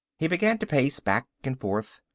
he began to pace back and forth.